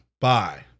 bye